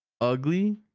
ugly